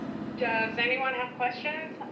does anyone have questions? and